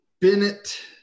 Bennett